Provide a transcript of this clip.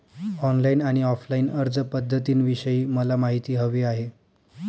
online आणि offline अर्जपध्दतींविषयी मला माहिती हवी आहे